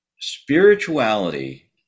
spirituality